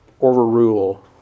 overrule